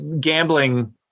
gambling